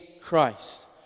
Christ